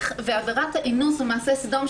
בעבירת האינוס או מעשה סדום,